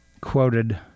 quoted